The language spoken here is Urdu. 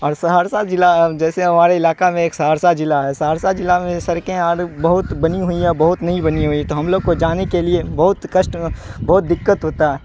اور سہرسہ ضلع جیسے ہمارے علاقہ میں ایک سہرسہ ضلع ہے سہرسہ ضلع میں سڑکیں بہت بنی ہوئی ہے بہت نہیں بنی ہوئی ہے تو ہم لوگ کو جانے کے لیے بہت کسٹ بہت دقت ہوتا ہے